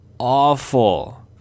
awful